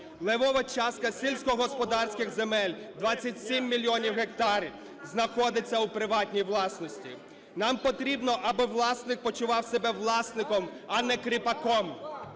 Левова частка сільськогосподарських земель – 27 мільйонів гектарів – знаходиться у приватній власності. Нам потрібно, аби власник почував себе власником, а не кріпаком,